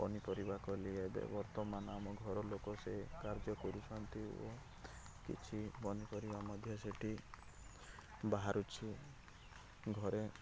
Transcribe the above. ପନିପରିବା କଲି ଏବେ ବର୍ତ୍ତମାନ ଆମ ଘର ଲୋକ ସେ କାର୍ଯ୍ୟ କରୁଛନ୍ତି ଓ କିଛି ପନିପରିବା ମଧ୍ୟ ସେଇଠି ବାହାରୁଛି ଘରେ